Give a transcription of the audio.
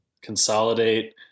consolidate